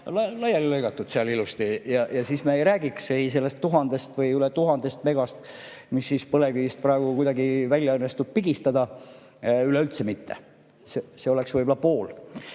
laiali lõigatud ja siis me ei räägiks ei tuhandest või üle tuhandest megast, mis põlevkivist praegu kuidagi välja õnnestub pigistada, üleüldse mitte, see oleks võib-olla pool.